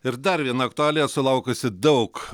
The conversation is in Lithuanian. ir dar viena aktualija sulaukusi daug